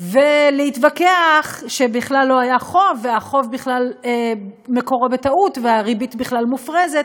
ולהתווכח שבכלל לא היה חוב והחוב בכלל מקורו בטעות והריבית בכלל מופרזת.